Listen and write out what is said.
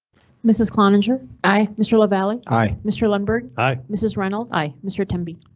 mrs cloninger. aye. mr lavalley. aye. mr lundberg. aye. mrs reynolds. aye. mr temby.